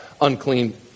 unclean